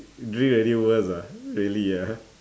drink anywhere ah really ah